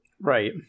Right